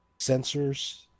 sensors